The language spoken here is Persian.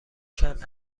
کرد